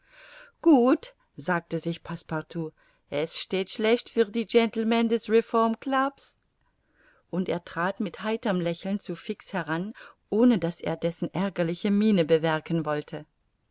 gut sagte sich passepartout es steht schlecht für die gentlemen des reformclubs und er trat mit heiterm lächeln zu fix heran ohne daß er dessen ärgerliche miene bewerken wollte